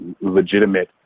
legitimate